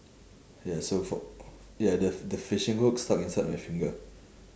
yes so for ya the the fishing hook stuck inside my finger